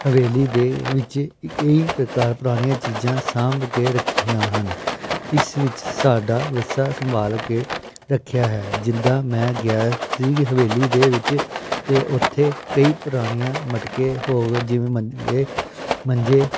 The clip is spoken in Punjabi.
ਹਵੇਲੀ ਦੇ ਵਿੱਚ ਇਹ ਕਈ ਪ੍ਰਕਾਰ ਪੁਰਾਣੀਆਂ ਚੀਜ਼ਾਂ ਸਾਂਭ ਕੇ ਰੱਖੀਆਂ ਹਨ ਇਸ ਵਿੱਚ ਸਾਡਾ ਵਿਰਸਾ ਸੰਭਾਲ ਕੇ ਰੱਖਿਆ ਹੈ ਜਿੱਦਾਂ ਮੈਂ ਗਿਆ ਸੀ ਹਵੇਲੀ ਦੇ ਵਿੱਚ ਅਤੇ ਉੱਥੇ ਕਈ ਪੁਰਾਣੀਆਂ ਮਟਕੇ ਹੋ ਜਿਵੇਂ ਮੰਜੇ ਮੰਜੇ